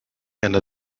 einer